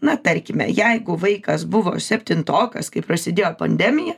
na tarkime jeigu vaikas buvo septintokas kai prasidėjo pandemija